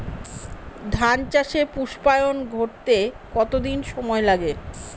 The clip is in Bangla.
ধান চাষে পুস্পায়ন ঘটতে কতো দিন সময় লাগে?